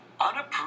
unapproved